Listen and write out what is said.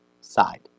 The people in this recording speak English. side